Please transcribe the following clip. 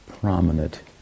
prominent